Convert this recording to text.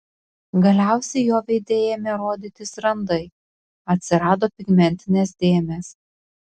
galiausiai jo veide ėmė rodytis randai atsirado pigmentinės dėmės